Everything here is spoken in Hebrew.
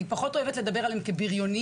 אני פחות אוהבת לדבר עליהם כבריונים,